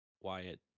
Wyatt